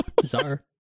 Bizarre